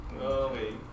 Okay